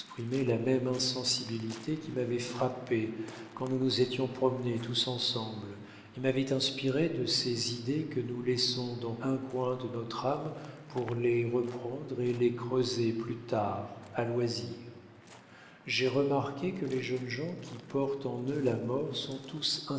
la même insensibilité qui m'avait frappé quand nous nous étions promenés tous ensemble et m'avait inspiré de ces idées que nous laissons dans un coin de notre âme pour les reprendre et les creuser plus tard à loisir j'ai remarqué que les jeunes gens qui portent en eux la mort sont tous